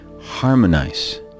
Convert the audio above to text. harmonize